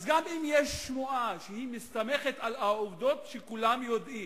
אז אם יש שמועה שמסתמכת על עובדות שכולם יודעים,